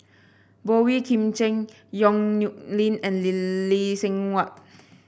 Boey Kim Cheng Yong Nyuk Lin and Lee Seng Huat